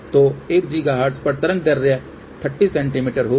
तो 1 GHz पर तरंगदैर्ध्य 30 सेमी होगी